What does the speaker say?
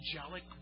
Angelic